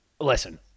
Listen